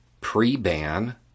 pre-ban